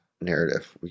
narrative